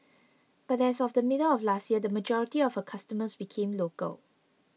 but as of the middle of last year the majority of her customers became local